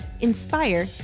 inspire